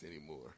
anymore